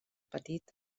petit